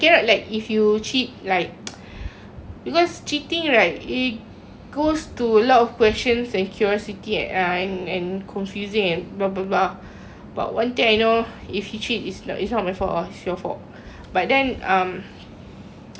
because cheating right it goes to a lot of questions and curiosity uh I'm and confusing and blah blah blah but one thing I know if he cheat it's not my fault ah it's your fault but then um there's no such thing as tercheat ah